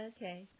Okay